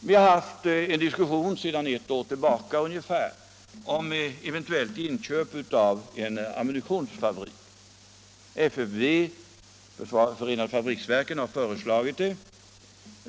Vi har sedan ungefär ett år tillbaka diskuterat inköp av en ammunitionsfabrik, vilket Förenade Fabriksverken har föreslagit.